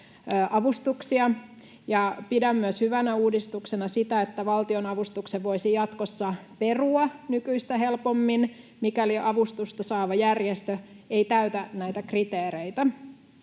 Pidän hyvänä uudistuksena myös sitä, että valtionavustuksen voisi jatkossa perua nykyistä helpommin, mikäli avustusta saava järjestö ei täytä näitä kriteereitä.